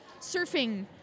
surfing